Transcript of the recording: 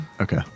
okay